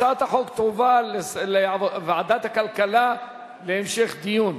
הצעת החוק תועבר כהצעה לסדר-היום לוועדת הכלכלה להמשך דיון.